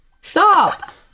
Stop